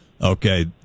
Okay